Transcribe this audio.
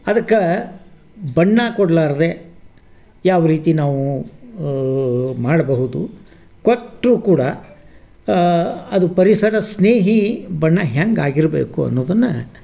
ಅದಕ್ಕೆ ಬಣ್ಣ ಕೊಡಲಾರ್ದೆ ಯಾವ ರೀತಿ ನಾವು ಮಾಡಬಹುದು ಕೊಟ್ಟರೂ ಕೂಡ ಅದು ಪರಿಸರಸ್ನೇಹಿ ಬಣ್ಣ ಹೇಗಾಗಿರ್ಬೇಕು ಅನ್ನೋದನ್ನು